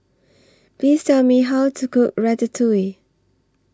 Please Tell Me How to Cook Ratatouille